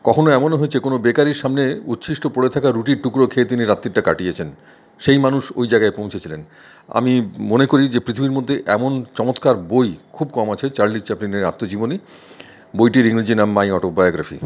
কখনো এমনও হয়েছে কোনো বেকারির সামনে উচ্ছিষ্ট পরে থাকা রুটির টুকরো খেয়ে তিনি রাত্রি তা কাটিয়েছেন সেই মানুষ ওই জায়গায় পৌঁছেছিলেন আমি মনে করি যে পৃথিবীর মধ্যে এমন চমৎকার বই খুব কম আছে চার্লি চ্যাপলিনের আত্মজীবনী বইটির ইংরেজি নাম মাই অটোবায়োগ্রাফি